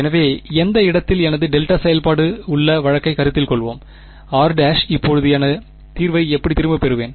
எனவே எந்த இடத்திலும் எனது டெல்டா செயல்பாடு உள்ள வழக்கைக் கருத்தில் கொள்வோம் r' இப்போது எனது தீர்வை எவ்வாறு திரும்பப் பெறுவேன்